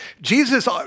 Jesus